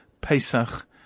Pesach